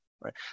right